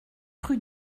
rue